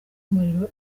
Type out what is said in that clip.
umuriro